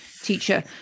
teacher